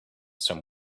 some